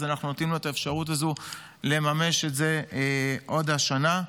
אנחנו נותנים לו את האפשרות הזאת לממש את זה עוד השנה.